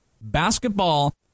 Basketball